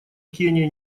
кения